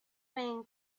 vain